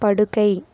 படுக்கை